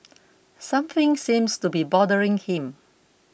something seems to be bothering him